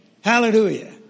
Hallelujah